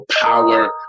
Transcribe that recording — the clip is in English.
power